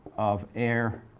of air